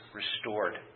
restored